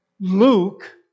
Luke